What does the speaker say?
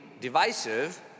divisive